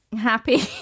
happy